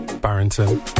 Barrington